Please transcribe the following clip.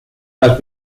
las